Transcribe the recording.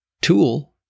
tool